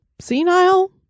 senile